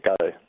go